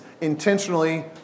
intentionally